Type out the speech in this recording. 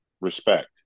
respect